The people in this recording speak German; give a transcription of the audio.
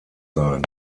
sein